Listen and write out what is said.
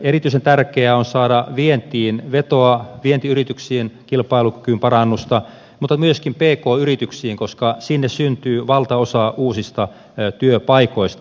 erityisen tärkeää on saada vientiin vetoa vientiyrityksiin kilpailukyvyn parannusta mutta myöskin pk yrityksiin koska sinne syntyy valtaosa uusista työpaikoista